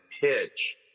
pitch